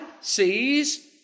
sees